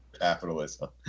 capitalism